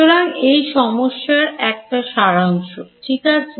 সুতরাং এটা সমস্যার একটা সারাংশ ঠিক আছে